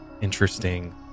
interesting